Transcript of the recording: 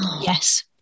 Yes